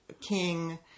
king